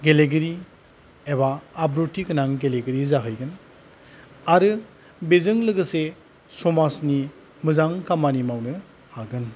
गेलेगिरि एबा आब्रुथिगोनां गेलेगिरि जाहैगोन आरो बेजों लोगोसे समाजनि मोजां खामानि मावनो हागोन